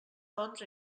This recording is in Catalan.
doncs